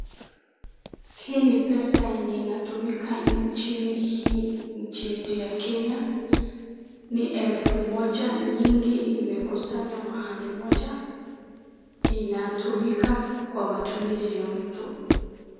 Hii ni pesa yenye inatumika nchini hii ,nchi yetu ya kenya , ni elfu moja nyingi imekusanywa mahali moja , inatumika kwa matumizi ya mtu .